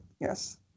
Yes